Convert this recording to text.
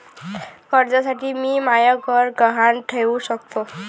कर्जसाठी मी म्हाय घर गहान ठेवू सकतो का